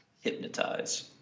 Hypnotize